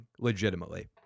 legitimately